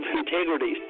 integrity